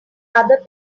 other